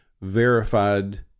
verified